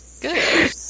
good